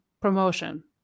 promotion